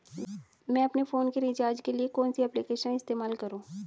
मैं अपने फोन के रिचार्ज के लिए कौन सी एप्लिकेशन इस्तेमाल करूँ?